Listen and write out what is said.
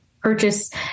purchase